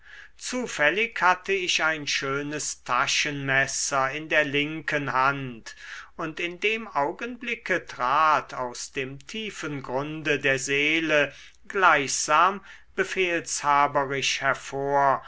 zufällig hatte ich ein schönes taschenmesser in der linken hand und in dem augenblicke trat aus dem tiefen grunde der seele gleichsam befehlshaberisch hervor